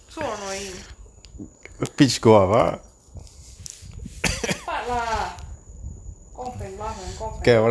so annoying chappa lah cough and laughing cough and laugh